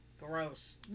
Gross